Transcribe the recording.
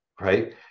Right